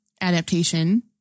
adaptation